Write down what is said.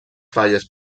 falles